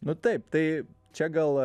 nu taip tai čia gal